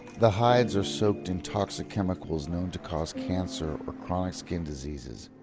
the hides are soaked in toxic chemicals known to cause cancer or chronic skin diseases,